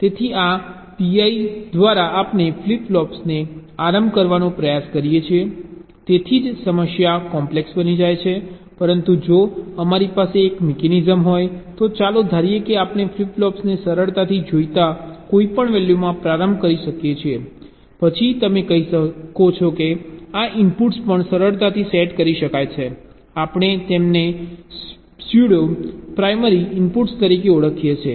તેથી આ PI દ્વારા આપણે ફ્લિપ ફ્લોપ્સને આરંભ કરવાનો પ્રયાસ કરીએ છીએ તેથી જ સમસ્યા કોમ્પ્લેક્સ બની જાય છે પરંતુ જો અમારી પાસે એક મિકેનિઝમ હોય તો ચાલો ધારીએ કે આપણે ફ્લિપ ફ્લોપ્સને સરળતાથી જોઈતા કોઈપણ વેલ્યૂમાં પ્રારંભ કરી શકીએ છીએ પછી તમે કહી શકો છો કે આ ઇનપુટ્સ પણ સરળતાથી સેટ કરી શકાય છે આપણે તેમને સ્યુડો પ્રાઇમરી ઇનપુટ્સ તરીકે ઓળખીએ છીએ